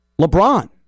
LeBron